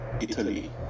Italy